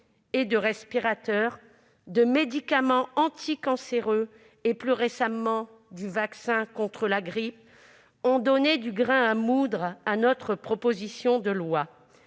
de respirateurs, de médicaments anticancéreux et, plus récemment, de vaccins contre la grippe ont donné du grain à moudre à notre proposition de loi.